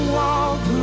walk